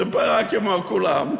זה פרה כמו כולם.